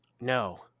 no